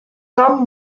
some